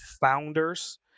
founders